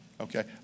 Okay